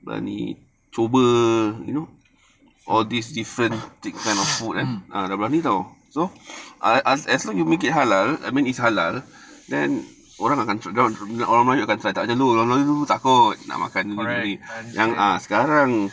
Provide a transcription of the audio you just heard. correct